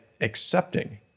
accepting